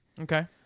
okay